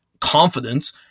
confidence